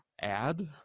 add